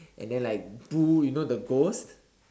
and then like boo you know the ghost